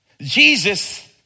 Jesus